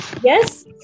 Yes